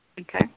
Okay